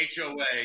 HOA